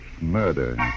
murder